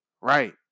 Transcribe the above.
right